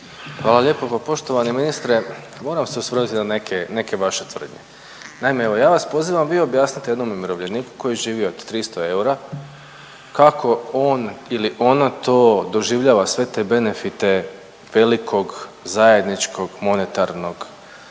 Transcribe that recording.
Hvala lijepa. Pa poštovani ministre, moram se osvrnuti na neke, neke vaše tvrdnje. Naime, evo ja vas pozivam, vi objasnite jednom umirovljeniku koji živi od 300 eura kako on ili ona to doživljava sve te benefite velikog zajedničkog monetarnog